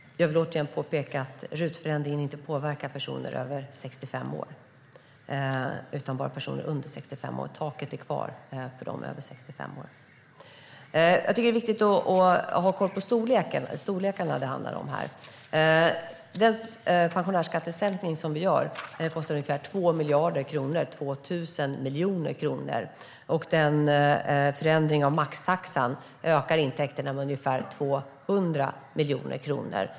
Herr talman! Jag vill återigen påpeka att RUT-förändringen inte påverkar personer över 65 år utan bara personer under 65 år. Taket är kvar för dem som är över 65 år. Jag tycker att det är viktigt att ha koll på storlekarna det handlar om här. Den pensionärsskattesänkning som vi gör kostar ungefär 2 miljarder kronor, 2 000 miljoner kronor, och förändringen av maxtaxan ökar intäkterna med ungefär 200 miljoner kronor.